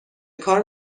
کار